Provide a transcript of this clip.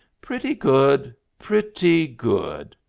pretty good pretty good,